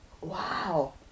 wow